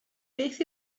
beth